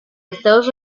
estados